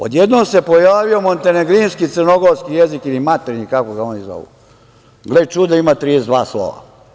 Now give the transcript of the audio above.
Odjednom se pojavio montenegrinski, crnogorski jezik ili maternji, kako ga oni zovu, gle čuda, ima 32 slova.